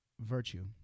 Virtue